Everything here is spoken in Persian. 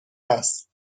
است